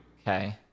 Okay